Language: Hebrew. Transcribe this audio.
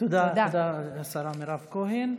תודה לשרה מירב כהן.